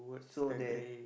so that